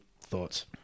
thoughts